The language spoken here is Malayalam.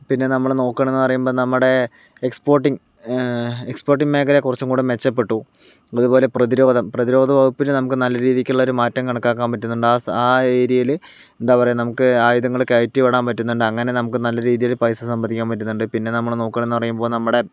പിന്നെ നമ്മൾ നോക്കാണെന്ന് പറയുമ്പോൾ നമ്മുടെ എക്സ്പോർട്ടിങ് എക്സ്പോർട്ടിങ് മേഖല കുറച്ചും കൂടെ മെച്ചപ്പെട്ടു അതുപോലെ പ്രതിരോധം പ്രതിരോധ വകുപ്പിൽ നമുക്ക് നല്ല രീതിക്കുള്ള ഒരു മാറ്റം കണക്കാക്കാൻ പറ്റുന്നുണ്ട് ആ സാ ആ ഏരിയയിൽ എന്താ പറയാ നമുക്ക് ആയുധങ്ങള് കയറ്റി വിടാൻ പറ്റുന്നുണ്ട് അങ്ങനെ നമുക്ക് നല്ല രീതിയില് പൈസ സമ്പാദിക്കാൻ പറ്റുന്നുണ്ട് പിന്നെ നമ്മൾ നോക്കാമെന്നു പറയുമ്പോൾ നമ്മുടെ